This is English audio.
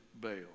bail